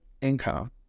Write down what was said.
income